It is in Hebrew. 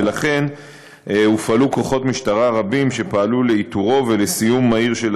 ולכן הופעלו כוחות משטרה רבים שפעלו לאיתורו ולסיום מהיר של האירוע,